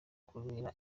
kurera